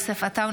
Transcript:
יוסף עטאונה,